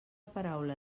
paraula